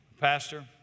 pastor